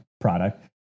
product